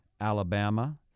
Alabama